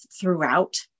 throughout